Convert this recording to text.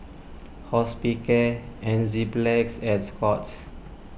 Hospicare Enzyplex and Scott's